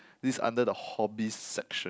this under the hobbies section